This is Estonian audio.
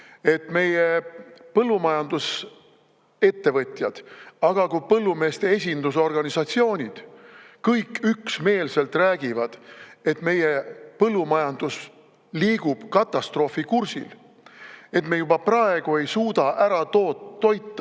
meie põllumajandusettevõtjad, aga ka põllumeeste esindusorganisatsioonid kõik üksmeelselt räägivad, et meie põllumajandus liigub katastroofikursil, et me juba praegu ei suuda oma